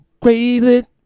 crazy